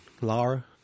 Laura